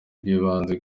bw’ibanze